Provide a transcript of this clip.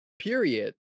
period